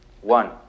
One